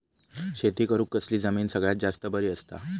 शेती करुक कसली जमीन सगळ्यात जास्त बरी असता?